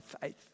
faith